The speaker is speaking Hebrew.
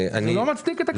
זה לא מצדיק את הקיצוץ.